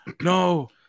no